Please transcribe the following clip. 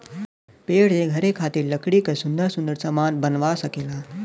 पेड़ से घरे खातिर लकड़ी क सुन्दर सुन्दर सामन बनवा सकेला